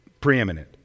preeminent